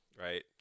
right